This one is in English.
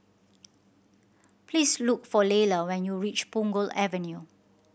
please look for Laylah when you reach Punggol Avenue